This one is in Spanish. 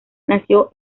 nació